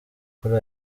kuri